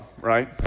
right